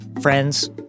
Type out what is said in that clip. friends